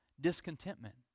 discontentment